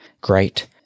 great